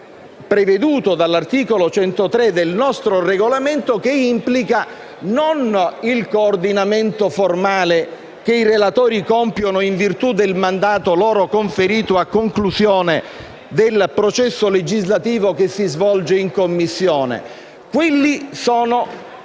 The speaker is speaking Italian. preveduto dall'articolo 103 del nostro Regolamento, che implica non il coordinamento formale, che i relatori compiono in virtù del mandato loro conferito a conclusione del processo legislativo che si svolge in Commissione. Quelle sono